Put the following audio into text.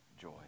joy